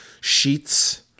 sheets